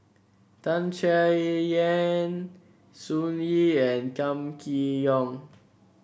Tan Chay Yan Sun Yee and Kam Kee Yong